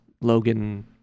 Logan